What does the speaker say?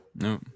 No